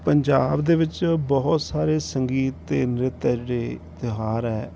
ਪੰਜਾਬ ਦੇ ਵਿੱਚ ਬਹੁਤ ਸਾਰੇ ਸੰਗੀਤ ਅਤੇ ਨ੍ਰਿਤ ਹੈ ਜਿਹੜੇ ਤਿਉਹਾਰ ਹੈ